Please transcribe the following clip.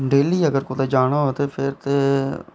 ते डेह्ली अगर कुतै जाना होऐ ते फिर ते